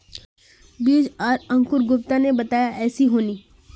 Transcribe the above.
बीज आर अंकूर गुप्ता ने बताया ऐसी होनी?